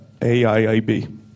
AIIB